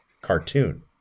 cartoon